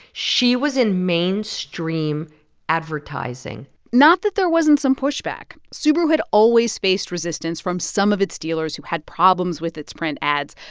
she was in mainstream advertising not that there wasn't some pushback. subaru had always faced resistance from some of its dealers who had problems with its print ads.